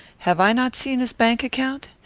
have i not seen his bank-account?